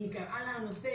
היא קראה לנושא